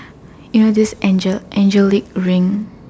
ya this Angel~ angelic ring